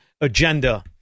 agenda